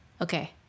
Okay